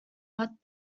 but